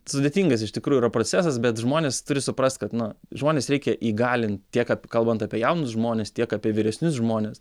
sudėtingas iš tikrųjų yra procesas bet žmonės turi suprast kad nu žmones reikia įgalint tiek kad kalbant apie jaunus žmones tiek apie vyresnius žmones